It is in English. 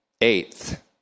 Eighth